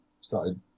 started